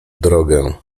drogę